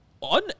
on